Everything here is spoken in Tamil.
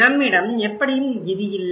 நம்மிடம் எப்படியும் இது இல்லை